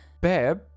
Babe